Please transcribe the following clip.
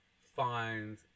find